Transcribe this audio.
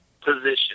Position